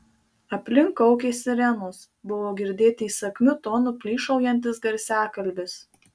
aplink kaukė sirenos buvo girdėti įsakmiu tonu plyšaujantis garsiakalbis